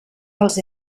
els